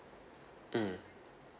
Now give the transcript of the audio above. mm